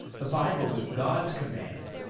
the bible with god's commands,